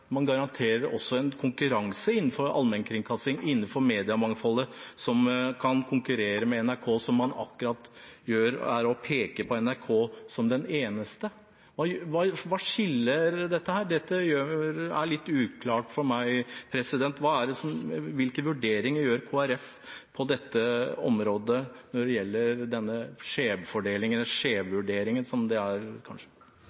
konkurranse innenfor allmennkringkastingen – innenfor mediemangfoldet – som kan konkurrere med NRK. Akkurat det man gjør, er å peke på NRK som den eneste. Hva skiller dette? Dette er litt uklart for meg. Hvilke vurderinger gjør Kristelig Folkeparti på dette området når det gjelder denne skjevfordelingen eller skjevvurderingen, som det kanskje